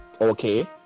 okay